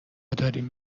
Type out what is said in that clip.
داریم